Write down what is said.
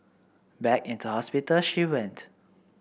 back into hospital she went